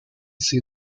see